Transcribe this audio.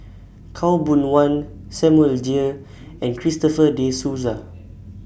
Khaw Boon Wan Samuel Dyer and Christopher De Souza